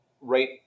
right